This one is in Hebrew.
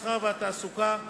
המסחר והתעסוקה,